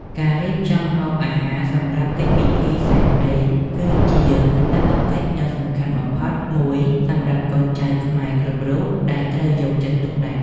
ការរៀបចំម្ហូបអាហារសម្រាប់កិច្ចពិធីសែនព្រេន គឺជាកាតព្វកិច្ចដ៏សំខាន់បំផុតមួយសម្រាប់កូនចៅខ្មែរគ្រប់រូបដែលត្រូវយកចិត្តទុកដាក់។